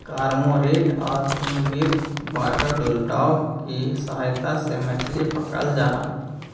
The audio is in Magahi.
कर्मोंरेंट और पुर्तगीज वाटरडॉग की सहायता से भी मछली पकड़रल जा हई